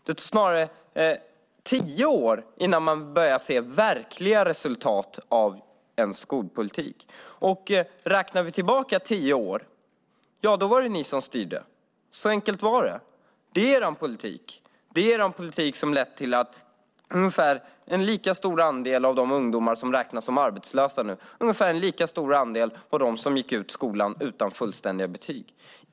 Det tar nog tio år innan man börjar se verkliga resultat av en skolpolitik. Om vi ser tio år bakåt var det Socialdemokraterna som styrde. Det är er politik som har lett till att ungefär lika många som nu räknas som arbetslösa gick ut skolan utan fullständiga betyg.